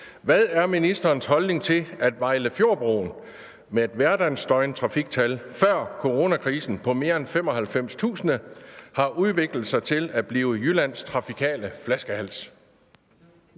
Hvad er ministerens holdning til, at Vejlefjordbroen – med et hverdagsdøgntrafiktal før coronakrisen på mere end 95.000 – har udviklet sig til at blive Jyllands trafikale flaskehals?